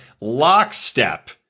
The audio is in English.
lockstep